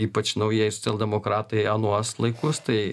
ypač naujai socialdemokratai anuos laikus tai